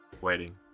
waiting